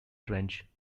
trench